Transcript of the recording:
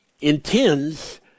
intends